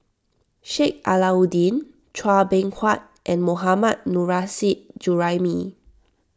Sheik Alau'ddin Chua Beng Huat and Mohammad Nurrasyid Juraimi